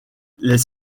les